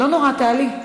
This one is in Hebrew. לא נורא, תעלי.